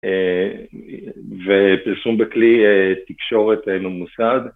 ופרסום בכלי תקשורת ממוסד.